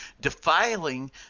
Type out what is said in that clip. defiling